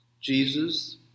Jesus